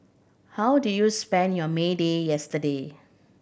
how did you spend your May Day yesterday